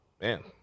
Man